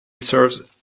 serves